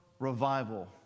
Revival